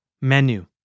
Menu